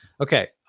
Okay